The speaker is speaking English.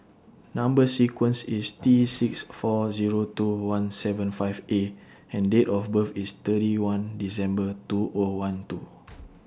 Number sequence IS T six four Zero two one seven five A and Date of birth IS thirty one December two O one two